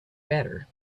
better